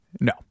No